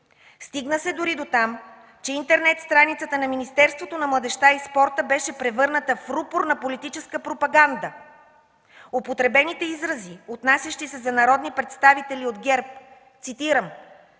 Стигна се дори дотам, че интернет страницата на Министерството на младежта и спорта беше превърната в рупор на политическа пропаганда. Употребените изрази, отнасящи се за народни представители от ГЕРБ, цитирам: